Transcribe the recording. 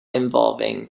involving